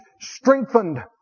strengthened